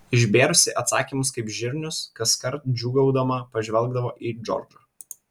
išbėrusi atsakymus kaip žirnius kaskart džiūgaudama pažvelgdavo į džordžą